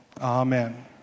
Amen